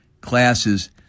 classes